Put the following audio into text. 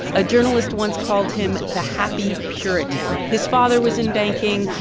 a journalist once called him the happy puritan. his father was in banking.